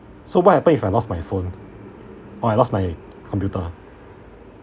so what happen if I lost my phone or I lost my computer